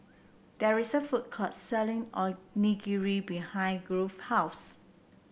there is a food court selling Onigiri behind Grove house